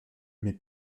mais